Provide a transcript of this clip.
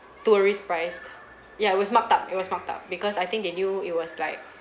tourist priced ya it was marked up it was marked up because I think they knew it was like